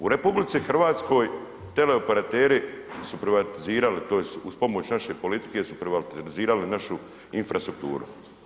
U RH teleoperateri su privatizirali tj. uz pomoć naše politike su privatizirali našu infrastrukturu.